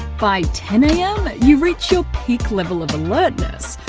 by ten am, you reach your peak level of alertness.